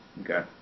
Okay